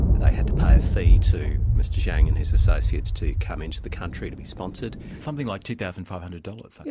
they had to pay a fee to mr zhang and has associates to come into the country and be sponsored. something like two thousand five hundred dollars i